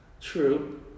True